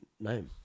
name